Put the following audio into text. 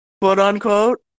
quote-unquote